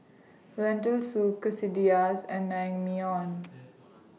Lentil Soup Quesadillas and Naengmyeon